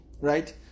Right